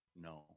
No